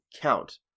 count